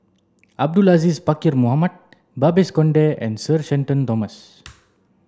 Abdul Aziz Pakkeer Mohamed Babes Conde and Sir Shenton Thomas